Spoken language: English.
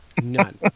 None